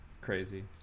Crazy